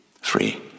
Free